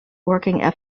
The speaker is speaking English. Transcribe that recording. working